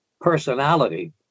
personality